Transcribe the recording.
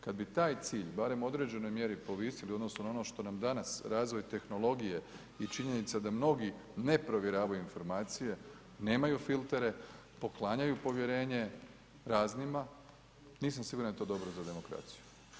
Kad bi taj cilj barem u određenoj mjeri povisili odnosno na ono što nam danas razvoj tehnologije i činjenica da mnogi ne provjeravaju informacije, nemaju filtere, poklanjaju povjerenje raznima, nisam siguran da je to dobro za demokraciju.